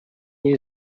you